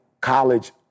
college